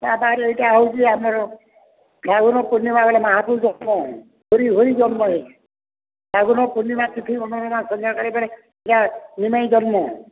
ତା'ପରେ ଏଇଟା ହଉଛିଚ ଆମର ଫାଲଗୁନ୍ ପୂର୍ଣ୍ଣିମା ବେଳେ ମାହା ଜନ୍ମ ହୁଏ ହୁରି ହୁରି ଜନ୍ମ ହୁଏ ଫାଲଗୁନ୍ ପୂର୍ଣ୍ଣିମା ତିଥି ସନ୍ଧ୍ୟା ବେଳେବେଳେ ଯାଏ ନିମେଁଇ ଜନ୍ମ